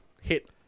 hit